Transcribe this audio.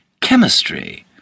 chemistry—